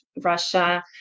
Russia